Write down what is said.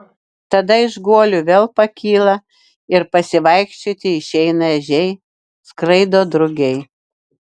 tada iš guolių vėl pakyla ir pasivaikščioti išeina ežiai skraido drugiai